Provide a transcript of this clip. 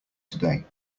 today